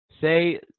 Say